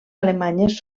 alemanyes